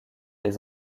les